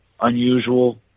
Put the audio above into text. unusual